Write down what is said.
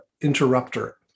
interrupter